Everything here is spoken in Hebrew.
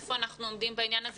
היכן אנחנו עומדים בעניין הזה?